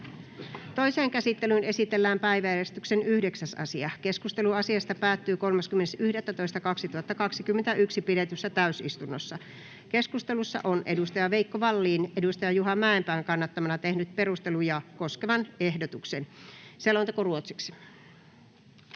Toiseen käsittelyyn esitellään päiväjärjestyksen 7. asia. Keskustelu asiasta päättyi 30.11.2021 pidetyssä täysistunnossa. Keskustelussa on edustaja Jani Mäkelä edustaja Juha Mäenpään kannattamana tehnyt vastalauseen mukaiset kolme